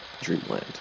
dreamland